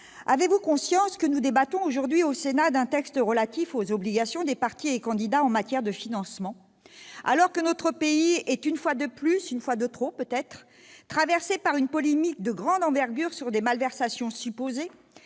avez-vous conscience que nous débattons aujourd'hui au Sénat d'un texte relatif aux obligations des partis et candidats en matière de financement, alors que notre pays est, une fois de plus, une fois de trop peut-être, traversé par une polémique de grande envergure sur des malversations supposées